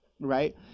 right